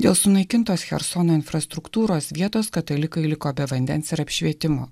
dėl sunaikintos chersono infrastruktūros vietos katalikai liko be vandens ir apšvietimo